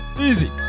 easy